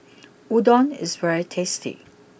Udon is very tasty